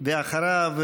ואחריו,